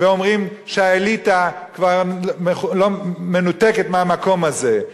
ואומרים שהאליטה כבר מנותקת מהמקום הזה,